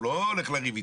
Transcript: הוא לא הולך לריב איתה.